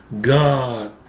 God